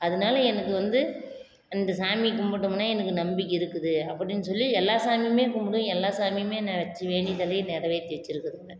அதனால எனக்கு வந்து அந்த சாமி கும்பிட்டோம்னா எனக்கு நம்பிக்கை இருக்குது அப்படின்னு சொல்லி எல்லா சாமியுமே கும்பிடுவேன் எல்லா சாமியுமே நான் வச்சி வேண்டிதலையும் நிறவேத்தி வச்சிருக்குதுங்க